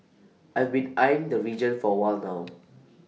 I've been eyeing the region for A while now